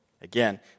Again